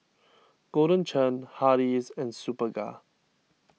Golden Churn Hardy's and Superga